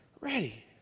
ready